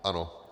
Ano?